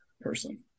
person